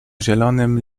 zielonym